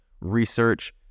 research